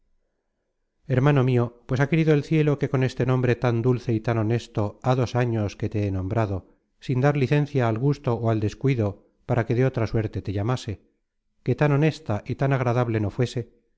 hermano mio pues ha querido el cielo que con este nombre tan dulce y tan honesto há dos años que te he nombrado sin dar licencia al gusto ó al descuido para que de otra suerte te llamase que tan honesta y tan agradable no fuese